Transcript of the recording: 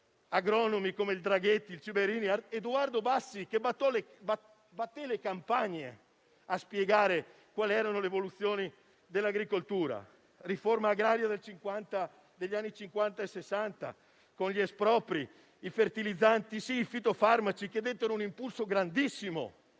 agronomi come Draghetti, Gibertini o Edoardo Bassi, che batté le campagne a spiegare quali fossero le evoluzioni dell'agricoltura o la riforma agraria degli anni Cinquanta e Sessanta, con gli espropri, i fertilizzanti e i fitofarmaci, che dettero un impulso grandissimo